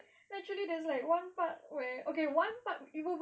eventually there's like one part where okay one part